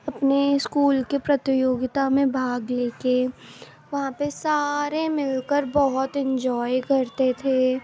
اپنے اسکول کے پرتی یوگتا میں بھاگ لے کے وہاں پہ سارے مل کر بہت انجوائے کرتے تھے